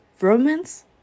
romance